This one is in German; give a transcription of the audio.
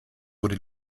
wurde